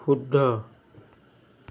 শুদ্ধ